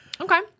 Okay